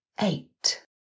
eight